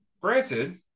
granted